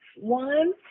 One